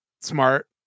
Smart